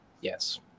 Yes